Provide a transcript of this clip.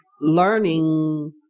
learning